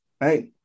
right